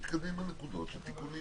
(היו"ר איתן